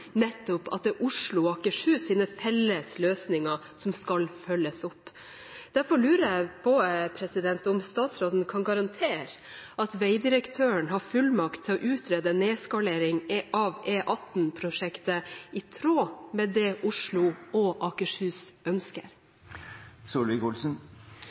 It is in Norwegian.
nettopp at Oslo og Akershus’ felles løsninger skal følges opp. Derfor lurer jeg på om statsråden kan garantere at veidirektøren har fullmakt til å utrede en nedskalering av E18-prosjektet, i tråd med Oslo og Akershus’